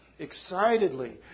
excitedly